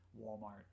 Walmart